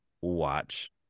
watch